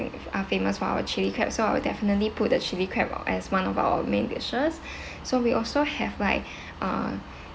are famous for our chilli crab so I will definitely put the chilli crab uh as one of our main dishes so we also have like uh